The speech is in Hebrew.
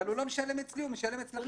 הוא לא משלם אצלי, הוא משלם אצלך.